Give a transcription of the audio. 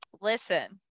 Listen